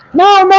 no, no,